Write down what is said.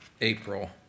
April